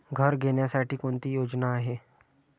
घर घेण्यासाठी कोणती योजना आहे?